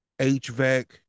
HVAC